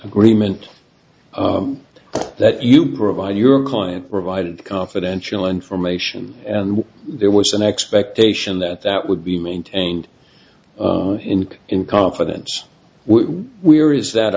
agreement that you provide your client provided confidential information and there was an expectation that that would be maintained in in confidence we're is that